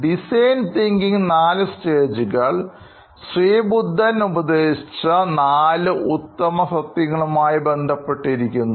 design thinking 4 സ്റ്റേജുകൾ ശ്രീബുദ്ധൻ ഉപദേശിച്ച നാല് ഉത്തമ സത്യങ്ങളുംആയി ബന്ധപ്പെട്ടിരിക്കുന്നു